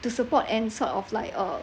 to support and sort of like uh